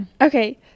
Okay